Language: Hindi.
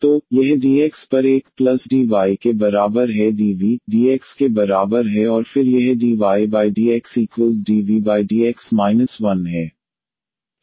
तो यह dx पर 1 प्लस dy के बराबर है dv dx के बराबर है और फिर यह dydxdvdx 1 है